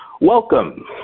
Welcome